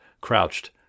crouched